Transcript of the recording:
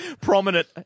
prominent